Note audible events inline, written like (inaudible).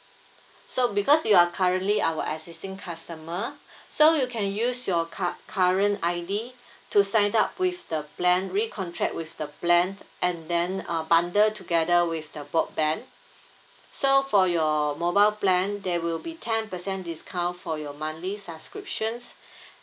so because you are currently our existing customer so you can use your cu~ current I_D to sign up with the plan recontract with the plan and then uh bundle together with the broadband so for your mobile plan there will be ten percent discount for your monthly subscriptions (breath)